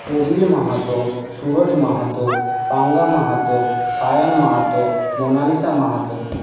Prabir Mahato Suraj Mahato Panga Mahato Sayan Mahato Monalisa Mahato